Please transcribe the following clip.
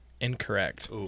Incorrect